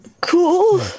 Cool